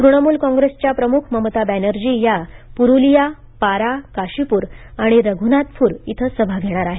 तृणमूल कॉंग्रेसच्या प्रमुख ममता बॅनर्जी या प्रुलिया पारा काशीपूर आणि रघुनाथपूर इथं सभा घेणार आहेत